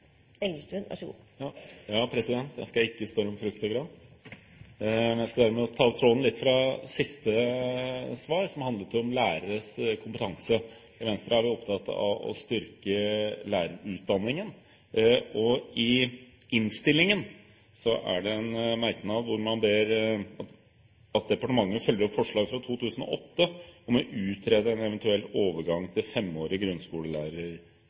Jeg skal ikke spørre om frukt og grønt. Jeg skal derimot ta opp tråden fra siste svar, som handlet om læreres kompetanse. I Venstre er vi opptatt av å styrke lærerutdanningen. I innstillingen er det en merknad hvor man ber om at departementet følger opp forslaget fra 2008 om å utrede en eventuell overgang